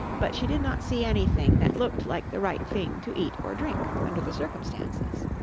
but she did not see anything that looked like the right thing to eat or drink under the circumstances.